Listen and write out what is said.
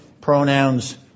pronouns